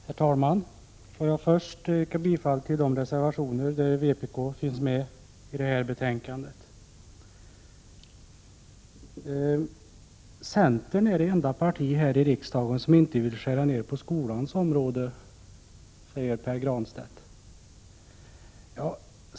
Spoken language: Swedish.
Herr talman! Får jag först yrka bifall till de reservationer i detta betänkande där vpk finns med. Centern är det enda parti här i riksdagen som inte vill skära ner på skolans område, säger Pär Granstedt.